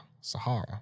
Sahara